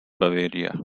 bavaria